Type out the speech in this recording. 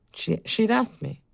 she she had asked me,